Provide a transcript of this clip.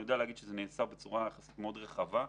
אני יודע להגיד שזה נעשה בצורה יחסית רחבה מאוד.